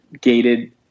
gated